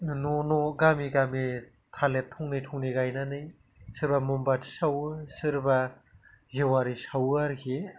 न' न' गामि गामि थालिर थंनै थंनै गायनानै सोरबा ममबाथि सावो सोरबा जेवारि सावो आरोखि